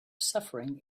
suffering